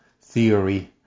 theory